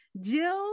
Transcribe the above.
Jill